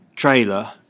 trailer